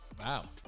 Wow